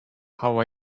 how